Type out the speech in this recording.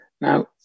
Now